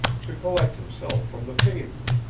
to collect himself from the pavement.